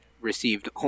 received